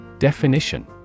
Definition